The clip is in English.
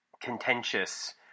contentious